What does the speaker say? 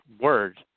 Word